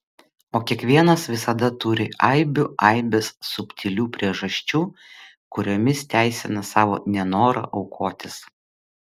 o kiekvienas visada turi aibių aibes subtilių priežasčių kuriomis teisina savo nenorą aukotis